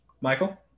Michael